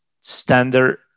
standard